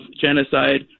genocide